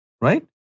Right